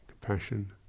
compassion